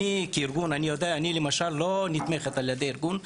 אני כארגון לא נתמך על ידי הארגון,